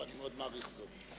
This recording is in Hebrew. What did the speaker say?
ואני מאוד מעריך זאת.